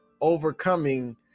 overcoming